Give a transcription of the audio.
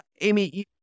Amy